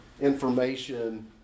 information